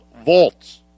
vaults